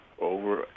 over